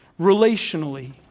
relationally